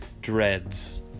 Dreads